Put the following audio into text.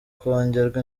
kongerwa